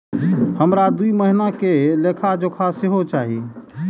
हमरा दूय महीना के लेखा जोखा सेहो चाही